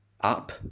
up